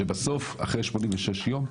שבסוף אחרי שמונים ושש יום,